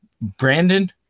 Brandon